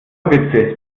witze